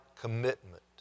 commitment